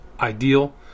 ideal